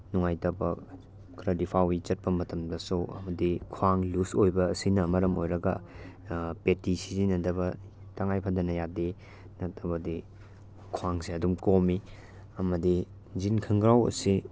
ꯅꯨꯡꯉꯥꯏꯇꯕ ꯈꯔꯗꯤ ꯐꯥꯎꯏ ꯆꯠꯄ ꯃꯇꯝꯗꯁꯨ ꯑꯃꯗꯤ ꯈ꯭ꯋꯥꯡ ꯂꯨꯁ ꯑꯣꯏꯕ ꯑꯁꯤꯅ ꯃꯔꯝ ꯑꯣꯏꯔꯒ ꯄꯦꯇꯤ ꯁꯤꯖꯤꯟꯅꯗꯕ ꯇꯉꯥꯏ ꯐꯗꯅ ꯌꯥꯗꯦ ꯅꯠꯇ꯭ꯔꯕꯗꯤ ꯈ꯭ꯋꯥꯡꯁꯦ ꯑꯗꯨꯝ ꯀꯣꯝꯃꯤ ꯑꯃꯗꯤ ꯖꯤꯟ ꯈꯣꯡꯒ꯭ꯔꯥꯎ ꯑꯁꯤ